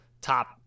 top